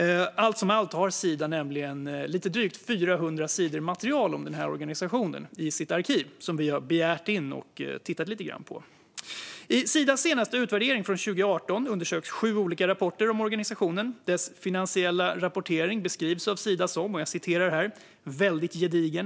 Allt som allt har Sida nämligen lite drygt 400 sidor material om den här organisationen i sitt arkiv, som vi har begärt in och tittat lite grann på. I Sidas senaste utvärdering från 2018 undersöks sju olika rapporter om organisationen. Dess finansiella rapportering beskrivs av Sida som "väldigt gedigen".